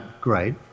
great